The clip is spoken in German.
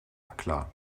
klar